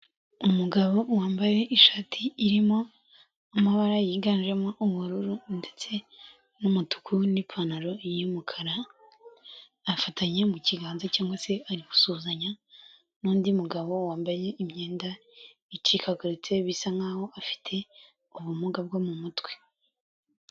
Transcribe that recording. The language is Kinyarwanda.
Umugabo wambaye ishati irimo amabara yiganjemo ubururu ndetse n'umutuku n'ipantaro y'umukara, afatanye mu kiganza cyangwa se ari gusuhuzanya n'undi mugabo wambaye imyenda icikaguritse, bisa nk'aho afite ubumuga bwo mu mutwe.